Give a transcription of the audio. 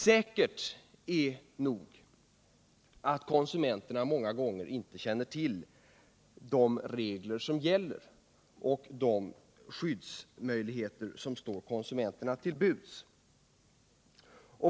Säkert är nog att konsumenterna många gånger inte känner till de regler som gäller och de skyddsmöjligheter som står konsumenterna till buds.